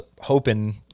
hoping